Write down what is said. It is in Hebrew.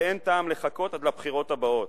ואין טעם לחכות עד לבחירות הבאות,